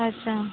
असं